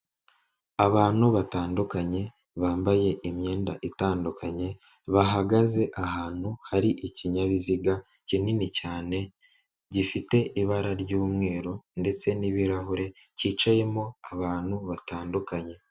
Abantu batandukanye bambaye imyenda itandukanye bahagaze ahantu hari ikinyabiziga kinini cyane gifite ibara ry'umweru ndetse n'ibirahure cyicayemo abantu batandukanye.